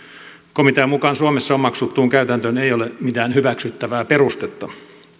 komitean mukaan suomessa omaksuttuun käytäntöön ei ole mitään hyväksyttävää perustetta